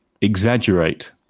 exaggerate